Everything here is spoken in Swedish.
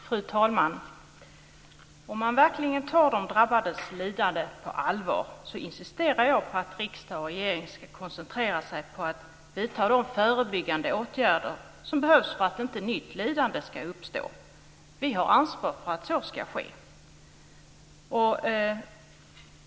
Fru talman! Om riksdag och regering verkligen tar de drabbades lidande på allvar insisterar jag på att de ska koncentrera sig på att vidta de förebyggande åtgärder som behövs för att inte nytt lidande ska uppstå. Vi kräver att så ska ske.